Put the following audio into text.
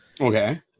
Okay